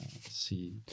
see